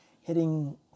hitting